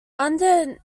under